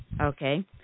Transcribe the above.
Okay